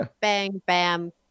bang-bam